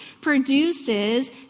produces